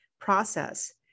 process